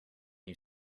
you